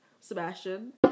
Sebastian